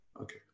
Okay